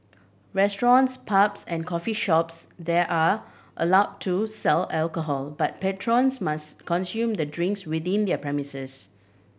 restaurants pubs and coffee shops there are allow to sell alcohol but patrons must consume the drinks within their premises